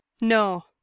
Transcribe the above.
No